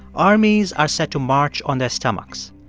armies are set to march on their stomachs.